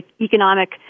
economic